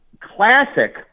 classic